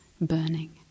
burning